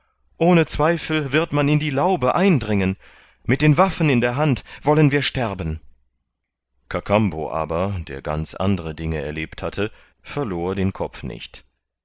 ohne zweifel wird man in die laube eindringen mit den waffen in der hand wollen wir sterben kakambo aber der ganz andre dinge erlebt hatte verlor den kopf nicht